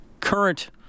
current